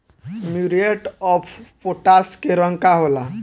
Muriate of potash के रंग का होला?